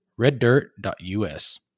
reddirt.us